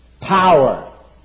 Power